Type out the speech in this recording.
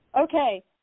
Okay